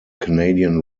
canadian